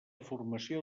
formació